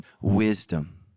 wisdom